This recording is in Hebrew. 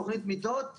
תוכנית מיטות,